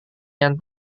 yang